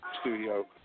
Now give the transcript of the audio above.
studio